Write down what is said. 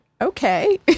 okay